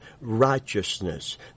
righteousness